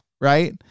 Right